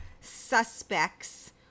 suspects